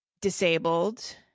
disabled